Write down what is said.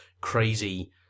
crazy